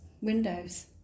windows